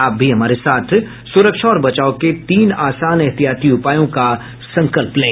आप भी हमारे साथ सुरक्षा और बचाव के तीन आसान एहतियाती उपायों का संकल्प लें